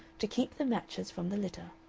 to keep the matches from the litter.